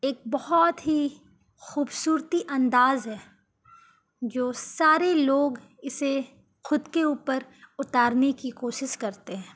ایک بہت ہی خوبصورتی انداز ہے جو سارے لوگ اسے خود کے اوپر اتارنے کی کوشش کرتے ہیں